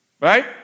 Right